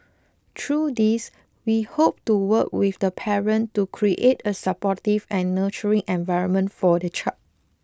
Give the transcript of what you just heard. through these we hope to work with the parent to create a supportive and nurturing environment for the child